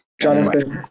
Jonathan